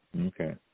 Okay